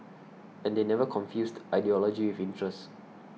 and they never confused ideology with interest